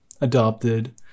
adopted